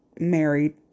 married